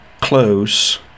close